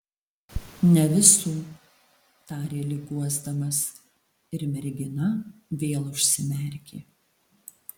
ne visų tarė lyg guosdamas ir mergina vėl užsimerkė